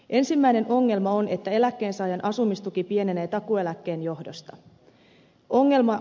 ensimmäinen ongelma on että eläkkeensaajan asumistuki pienenee takuueläkkeen johdosta